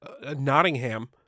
Nottingham